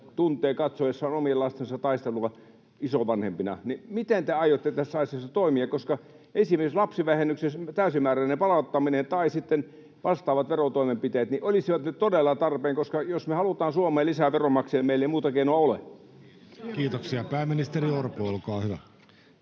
tuntee katsoessaan isovanhempana omien lastensa taistelua: miten te aiotte tässä asiassa toimia? Esimerkiksi lapsivähennyksen täysimääräinen palauttaminen tai sitten vastaavat verotoimenpiteet olisivat nyt todella tarpeen, koska jos me halutaan Suomeen lisää veronmaksajia, meillä ei muuta keinoa ole. [Speech 66] Speaker: Jussi Halla-aho